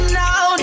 now